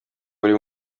buri